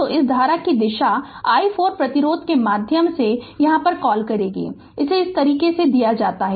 तो इस धारा की दिशा कि i 4 प्रतिरोध के माध्यम से क्या कॉल है इसे इस तरह दिया जाता है